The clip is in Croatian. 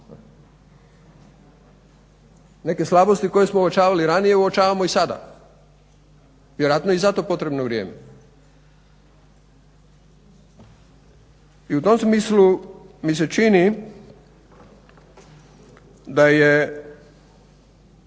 Neke slabosti koje smo uočavali ranije, uočavamo i sada. Vjerojatno je i zato potrebno vrijeme. I u tom smislu mi se čini da je